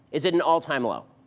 is at an all-time low.